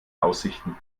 aussichten